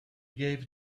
gave